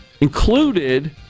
included